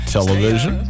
Television